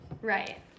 Right